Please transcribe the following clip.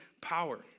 power